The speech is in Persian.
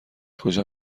کجا